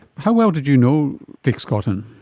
how well did you know dick scotton?